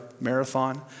Marathon